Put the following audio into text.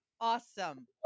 Awesome